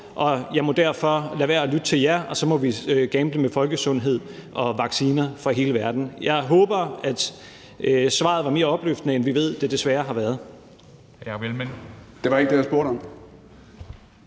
jeg må derfor lade være at lytte til jer, og så må vi gamble med folkesundhed og vacciner for hele verden. Jeg håber, at svaret er mere opløftende, end vi ved det desværre har været.